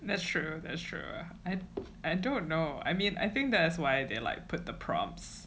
that's true that's true I I don't know I mean I think that's why they like put the prompts